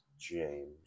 James